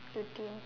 routine